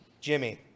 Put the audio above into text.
Jimmy